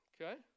Okay